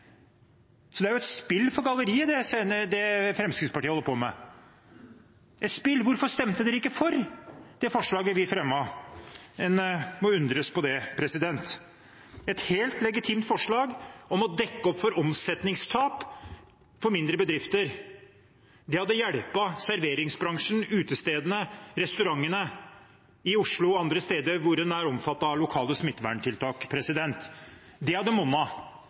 Så det er et spill for galleriet, det Fremskrittspartiet holder på med. Hvorfor stemte de ikke for det forslaget vi fremmet? En må undres over det. Det var et helt legitimt forslag om å dekke opp for omsetningstap for mindre bedrifter. Det hadde hjulpet serveringsbransjen, utestedene og restaurantene i Oslo og andre steder som er omfattet av lokale smitteverntiltak. Det hadde monnet, istedenfor det Fremskrittspartiet og regjeringspartiene holder på med. Det er